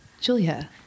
Julia